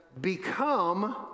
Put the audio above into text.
become